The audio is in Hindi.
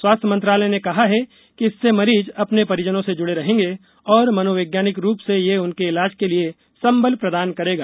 स्वास्थ्य मंत्रालय ने कहा है कि इससे मरीज अपने परिजनों से जुड़े रहेंगे और मनोवैज्ञानिक रूप में ये उनके ईलाज के लिए संबल प्रदान करेगा